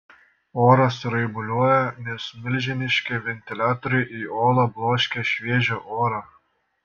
oras raibuliuoja nes milžiniški ventiliatoriai į olą bloškia šviežią orą